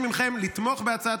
הצעת